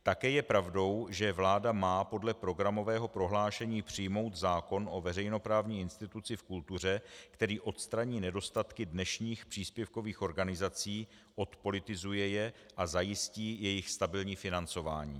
Také je pravdou, že vláda má podle programového prohlášení přijmout zákon o veřejnoprávní instituci v kultuře, který odstraní nedostatky dnešních příspěvkových organizací, odpolitizuje je a zajistí jejich stabilní financování.